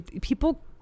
people